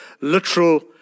literal